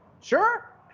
sure